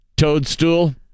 Toadstool